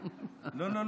לא,